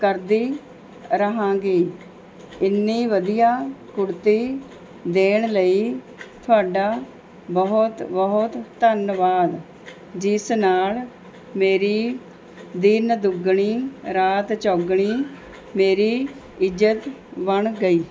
ਕਰਦੀ ਰਹਾਂਗੀ ਇੰਨੀ ਵਧੀਆ ਕੁੜਤੀ ਦੇਣ ਲਈ ਤੁਹਾਡਾ ਬਹੁਤ ਬਹੁਤ ਧੰਨਵਾਦ ਜਿਸ ਨਾਲ਼ ਮੇਰੀ ਦਿਨ ਦੁੱਗਣੀ ਰਾਤ ਚੌਗੁਣੀ ਮੇਰੀ ਇੱਜਤ ਬਣ ਗਈ